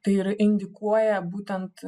tai ir indikuoja būtent